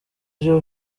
byo